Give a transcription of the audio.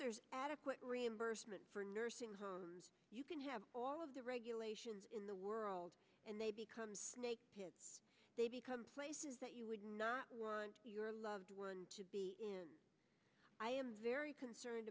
there's adequate reimbursement for nursing homes you can have all of the regulations in the world and they become snakepit they become places that you would not want your loved one to be i am very concerned